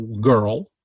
girl